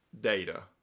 data